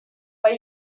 way